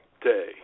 day